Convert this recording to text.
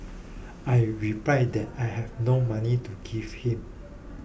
I replied that I had no money to give him